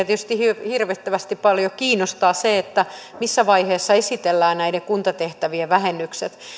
tietysti hirvittävän paljon kiinnostaa se missä vaiheessa esitellään näiden kuntatehtävien vähennykset